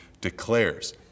declares